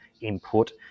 input